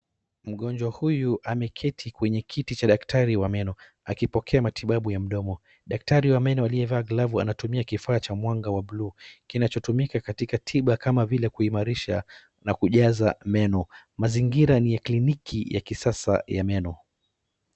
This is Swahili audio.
Mgonjwa huyu ameketi kwenye kiti cha daktari ya meno akipokea matibabu ya mdomo. Daktari wa meno aliyevaa glavu anatumia kifaa cha mwanga wa bluu kinacho tumika katika tiba kama vile kuimarisha na kujaza meno. Mazingira ni ya kliniki ya kisasa ya meno.